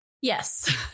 Yes